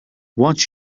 what